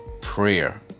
prayer